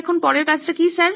এখন পরের কাজটা কি স্যার